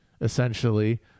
essentially